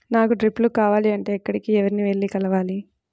నాకు డ్రిప్లు కావాలి అంటే ఎక్కడికి, ఎవరిని వెళ్లి కలవాలి?